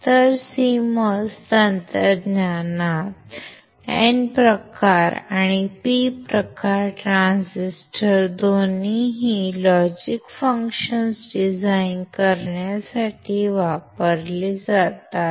तर CMOS तंत्रज्ञानात N प्रकार आणि P प्रकार ट्रान्झिस्टर दोन्ही लॉजिक फंक्शन्स डिझाइन करण्यासाठी वापरले जातात